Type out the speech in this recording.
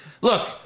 Look